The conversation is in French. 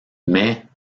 mais